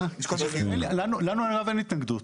לנו אין התנגדות.